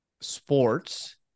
sports